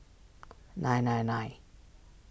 nine nine nine